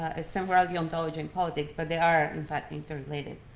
ah as temporality, ontology, and politics, but they are in fact interrelated.